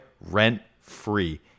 rent-free